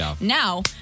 Now